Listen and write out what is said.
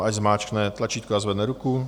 Ať zmáčkne tlačítko a zvedne ruku.